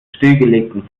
stillgelegten